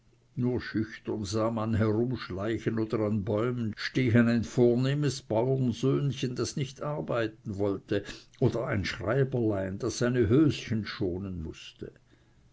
nur schüchtern sah man herumschleichen oder an bäumen stehen ein vornehmes bauernsöhnchen das nicht arbeiten wollte oder ein schreiberlein das seine höschen schonen mußte